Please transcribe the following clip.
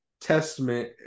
testament